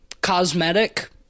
cosmetic